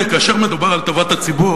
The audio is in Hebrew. כאשר מדובר על טובת הציבור,